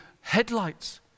headlights